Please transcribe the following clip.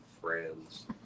friends